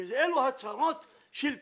כי אלו הצהרות של פוליטיקאים.